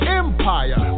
empire